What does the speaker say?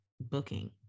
booking